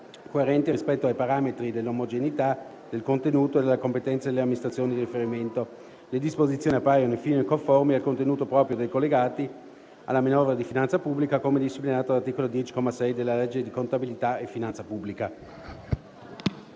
coerente rispetto ai parametri dell'omogeneità, del contenuto e della competenza delle amministrazioni di riferimento. Le disposizioni appaiono infine conformi al contenuto proprio dei collegati alla manovra di finanza pubblica, come disciplinato dall'articolo 10, comma 6, della legge di contabilità e finanza pubblica».